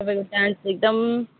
तपाईँको डान्स एकदम